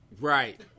Right